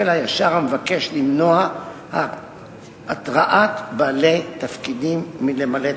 הישר המבקש למנוע הרתעת בעלי תפקידים מלמלא תפקידם.